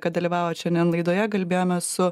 kad dalyvavot šiandien laidoje kalbėjome su